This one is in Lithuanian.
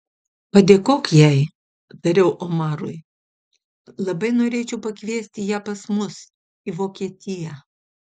padėkok jai tariau omarui labai norėčiau pakviesti ją pas mus į vokietiją